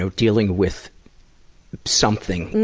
so dealing with something,